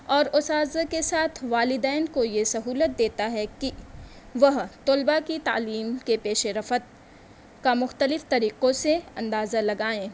اور اُساتذہ کے ساتھ والدین کو یہ سہولت دیتا ہے کہ وہ طلباء کی تعلیم کے پیش رفت کا مختلف طریقوں سے اندازہ لگائیں